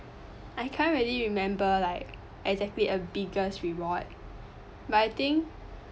I can't really remember like exactly a biggest reward but I think